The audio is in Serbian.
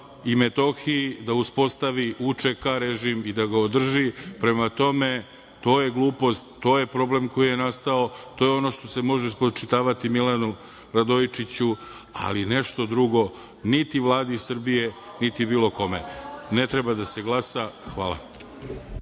i Metohiji pokušava da uspostavi UČK režim i da ga održi. Prema tome, to je glupost, to je problem koji je nastao, to je ono što se može spočitavati Milanu Radoičiću, ali nešto drugo niti Vladi Srbije, niti bilo kome. Ne treba da se glasa. Hvala.